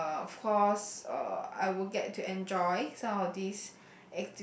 uh of course uh I would get to enjoy some of these